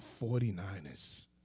49ers